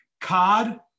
Cod